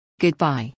Goodbye